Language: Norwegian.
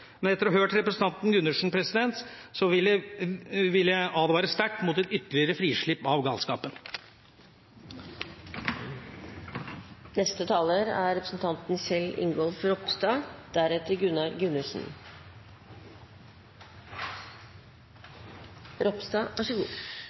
Men etter å ha hørt representanten Gundersen, vil jeg advare sterkt mot et ytterligere frislipp av